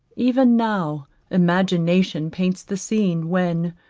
even now imagination paints the scene, when,